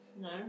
No